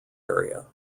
area